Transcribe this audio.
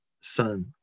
son